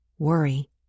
worry